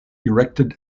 erected